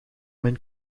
mijn